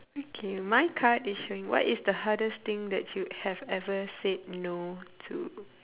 okay my card is showing what is the hardest thing that you have ever said no to